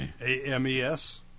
A-M-E-S